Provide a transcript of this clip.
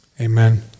Amen